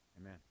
Amen